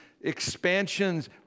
expansions